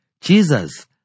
Jesus